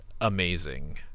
amazing